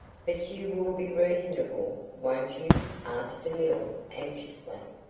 but you will be reasonable, won't you? asked demille, anxiously.